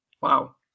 Wow